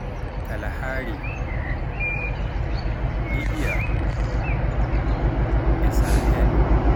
Kalahaari, Libya, e Sahel